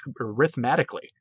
arithmetically